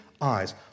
eyes